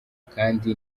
kandi